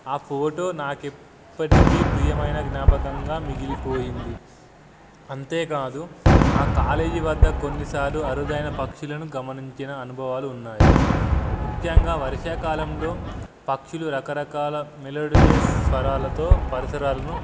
ఆ ఫోటో నాకు ఇప్పటికీ ప్రియమైన జ్ఞాపకంగా మిగిలిపోయింది అంతేకాదు మా కాలేజీ వద్ద కొన్నిసార్లు అరుదైన పక్షులను గమనించిన అనుభవాలు ఉన్నాయి ముఖ్యంగా వర్షాకాలంలో పక్షులు రకరకాల మెలోడియస్ స్వరాలతో పరిసరాలను